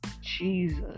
Jesus